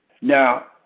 Now